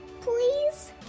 please